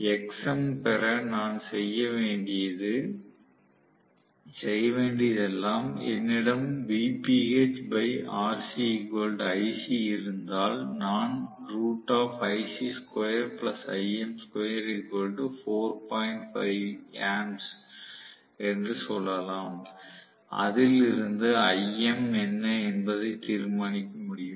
Xm பெற நான் செய்ய வேண்டியது எல்லாம் என்னிடம் இருந்தால் நான் என்று சொல்லலாம் அதில் இருந்து Im என்ன என்பதை தீர்மானிக்க முடியும்